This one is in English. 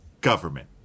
government